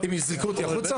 הם יזרקו אותי החוצה?